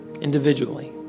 individually